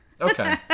Okay